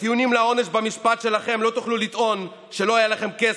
בטיעונים לעונש במשפט שלכם לא תוכלו לטעון שלא היה לכם כסף,